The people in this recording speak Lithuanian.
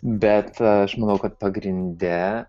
bet aš manau kad pagrinde